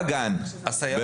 הסייעות.